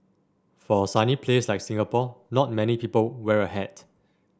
for a sunny place like Singapore not many people wear a hat